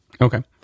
Okay